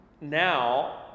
now